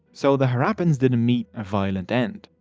so the harappans didn't meet a violent end.